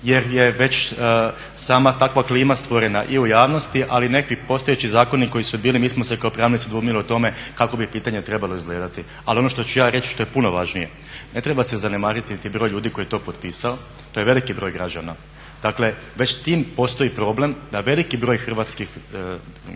jer je već sama takva klima stvorena i u javnosti. Ali nekakvi postojeći zakoni koji su bili mi smo se kao pravnici dvoumili o tome kako bi pitanje trebalo izgledati. Ali ono što ću ja reći, što je puno važnije, ne treba se zanemariti niti broj ljudi koji je to potpisao, to je veliki broj građana. Dakle, već s tim postoji problem da veliki broj hrvatskih